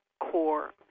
core